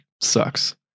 Sucks